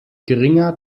geringer